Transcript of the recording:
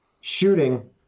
shooting